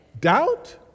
Doubt